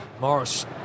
Morris